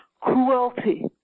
cruelty